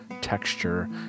texture